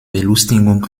belustigung